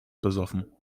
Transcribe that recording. besoffen